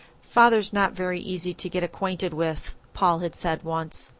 father's not very easy to get acquainted with, paul had said once.